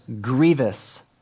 grievous